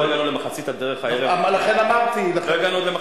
הצעת חוק זו היא הצעת חוק ממשלתית שהגיעה לוועדה לא מזמן,